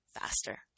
faster